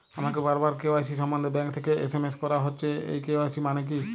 আমাকে বারবার কে.ওয়াই.সি সম্বন্ধে ব্যাংক থেকে এস.এম.এস করা হচ্ছে এই কে.ওয়াই.সি মানে কী?